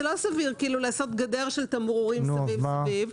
זה לא סביר לעשות גדר של תמרורים סביב סביב.